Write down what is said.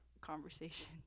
Conversation